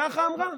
ככה אמרה.